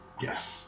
Yes